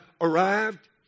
arrived